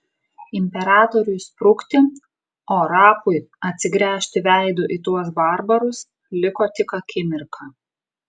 imperatoriui sprukti o rapui atsigręžti veidu į tuos barbarus liko tik akimirka